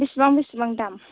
बिसिबां बिसिबां दाम